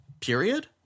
period